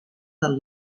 pel